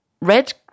red